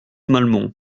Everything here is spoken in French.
malmont